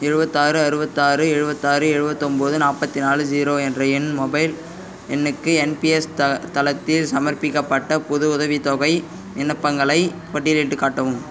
எழுபத்தாறு அறுவத்தாறு எழுபத்தாறு எழுபத்தொம்போது நாற்பத்திநாலு ஜீரோ என்ற மொபைல் எண்ணுக்கு என்பிஎஸ் தளத்தில் சமர்ப்பிக்கப்பட்ட புது உதவித்தொகை விண்ணப்பங்களைப் பட்டியலிட்டுக் காட்டவும்